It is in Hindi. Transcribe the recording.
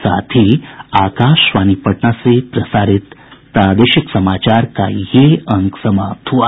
इसके साथ ही आकाशवाणी पटना से प्रसारित प्रादेशिक समाचार का ये अंक समाप्त हुआ